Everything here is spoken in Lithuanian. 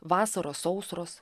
vasaros sausros